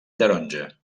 taronja